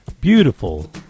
Beautiful